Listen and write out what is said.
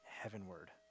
heavenward